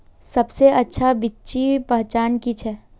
सबसे अच्छा बिच्ची पहचान की छे?